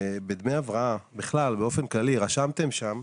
בדמי הבראה, בכלל באופן כללי, רשמתם שם